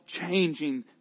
changing